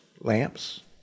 lamps